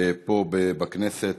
פה בכנסת.